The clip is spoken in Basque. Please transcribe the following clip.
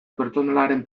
pertsonalaren